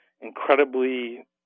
incredibly